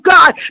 God